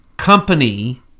company